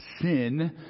sin